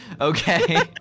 okay